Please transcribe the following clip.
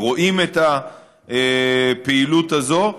שרואים את הפעילות הזאת,